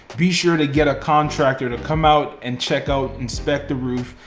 be sure to get a contractor to come out and check out, inspect the roof,